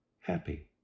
happy